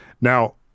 Now